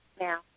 now